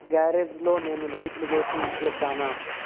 గ్యారేజ్లో నేను లైట్లు వేసి ఉంచేశానా